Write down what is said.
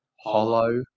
hollow